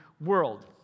world